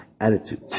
attitude